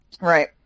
right